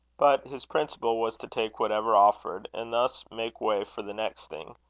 but his principle was, to take whatever offered, and thus make way for the next thing.